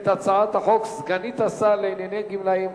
ותועבר להכנתה לקריאה שנייה וקריאה שלישית לוועדת החוקה,